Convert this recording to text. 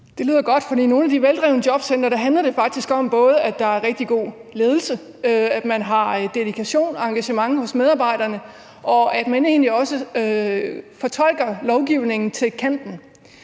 Det lyder godt. For i nogle af de veldrevne jobcentre handler det faktisk både om, at der er rigtig god ledelse, at man har dedikation og engagement hos medarbejderne, og at man egentlig også fortolker lovgivningen til kanten.